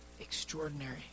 extraordinary